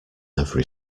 every